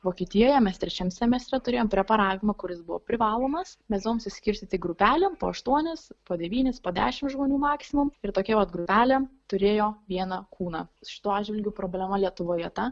vokietijoje mes trečiam semestre turėjom preparavimą kuris buvo privalomas mes buvom suskirstyti į grupelėm po aštuonis po devynis po dešimt žmonių maksimum ir tokia vat grupelė turėjo vieną kūną šituo atžvilgiu problema lietuvoje ta